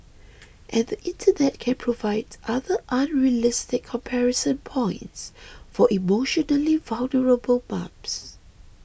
and the internet can provide other unrealistic comparison points for emotionally vulnerable mums